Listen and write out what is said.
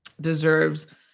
deserves